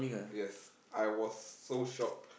yes I was so shocked